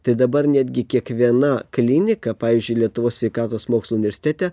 tai dabar netgi kiekviena klinika pavyzdžiui lietuvos sveikatos mokslų universitete